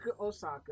Osaka